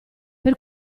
per